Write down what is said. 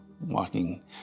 walking